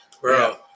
Bro